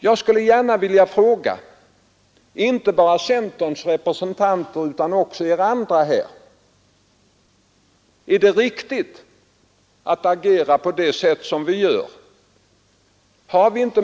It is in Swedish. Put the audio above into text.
Jag skulle gärna vilja fråga, inte bara centerns representanter utan också er andra här: Är det riktigt att agera på det sätt som vi gör?